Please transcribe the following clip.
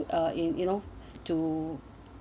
uh you you know to